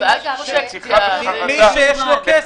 שצריכה לחכות?